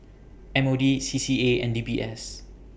M O D C C A and D B S